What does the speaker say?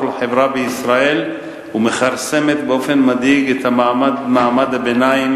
לחברה בישראל ומכרסמת באופן מדאיג במעמד הביניים,